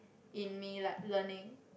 in me like learning